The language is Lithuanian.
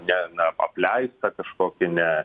ne na apleistą kažkokį ne